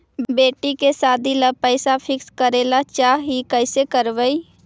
बेटि के सादी ल पैसा फिक्स करे ल चाह ही कैसे करबइ?